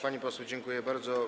Pani poseł, dziękuję bardzo.